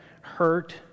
hurt